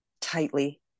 tightly